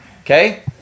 Okay